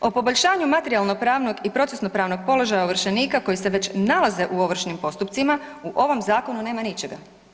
O poboljšanju materijalno-pravnog i procesno-pravnog položaja ovršenika koji se već nalaze u ovršnim postupcima, u ovom zakonu nema ničega.